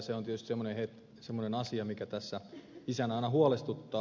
se on tietysti semmoinen asia mikä tässä isänä aina huolestuttaa